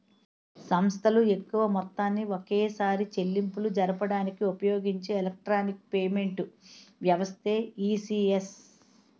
సంస్థలు ఎక్కువ మొత్తాన్ని ఒకేసారి చెల్లింపులు జరపడానికి ఉపయోగించే ఎలక్ట్రానిక్ పేమెంట్ వ్యవస్థే ఈ.సి.ఎస్